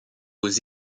aux